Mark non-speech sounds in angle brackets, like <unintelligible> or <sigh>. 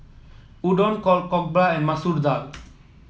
Udon <unintelligible> Jokbal and Masoor Dal